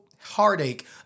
Heartache